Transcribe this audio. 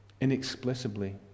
inexplicably